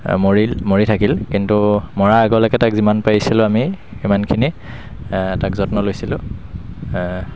মৰিল মৰি থাকিল কিন্তু মৰা আগলৈকে তাক যিমান পাৰিছিলোঁ আমি সিমানখিনি তাক যত্ন লৈছিলো